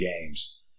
games